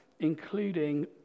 including